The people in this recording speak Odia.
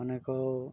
ଅନେକ